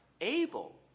able